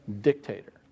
dictator